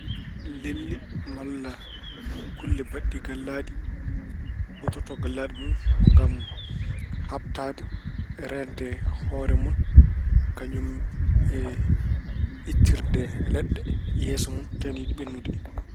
Lelli walla kulle mbaɗɗi gallaaɗi huutorto gallaaɗi mun ko ngam haɓtaade, reende hoore mun kañum e ittirde leɗɗe yeeso tawi ine yiɗi ɓennude.